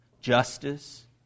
justice